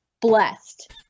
blessed